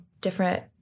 different